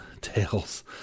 tales